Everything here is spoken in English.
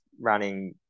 running